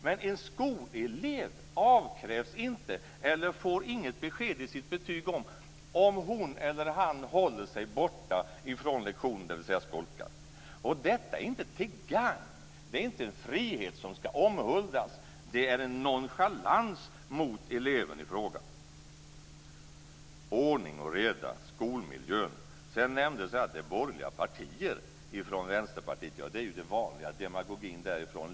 Men en skolelev får inget besked i sitt betyg om ifall hon eller han håller sig borta från lektionerna, dvs. skolkat. Detta är inte till gagn, det är inte en frihet som ska omhuldas. Det är en nonchalans mot eleven i fråga. Det talas om ordning och reda och skolmiljön. Sedan nämndes det någonting från Vänsterpartiet om borgerliga partier. Ja, det är ju den vanliga demagogin därifrån.